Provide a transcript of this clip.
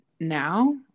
now